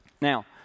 Now